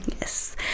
yes